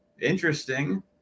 interesting